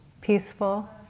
Peaceful